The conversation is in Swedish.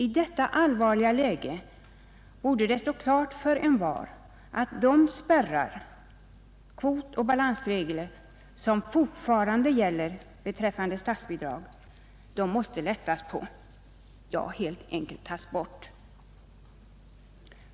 I detta allvarliga läge borde det stå klart för envar att det måste lättas på de spärrar — kvotoch balansregler — som fortfarande gäller.